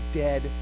dead